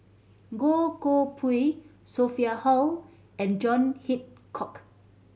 Goh Koh Pui Sophia Hull and John Hitchcock